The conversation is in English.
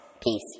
Peace